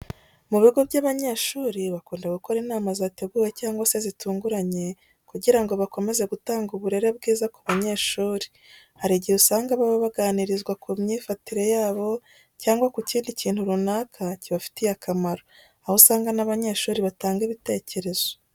Mu bigo by'amashuri bakunda gukora inama zateguwe cyangwa se zitunguranye kugira ngo bakomeze gutanga uburere bwiza ku banyeshuri. Hari igihe usanga baba baganirizwa ku myifatire yabo cyangwa ku kindi kintu runaka kibafitiye akamaro, aho usanga n'abanyeshuri batanga ibitekerezo.